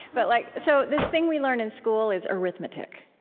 but, like so this thing we learn in school is arithmetic.